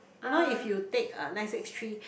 you know if you take uh nine six three